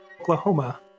Oklahoma